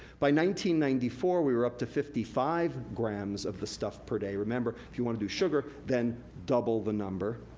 ninety ninety four we were up to fifty five grams of the stuff per day. remember, if you wanna do sugar, then double the number.